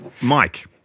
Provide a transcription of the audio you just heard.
Mike